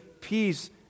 peace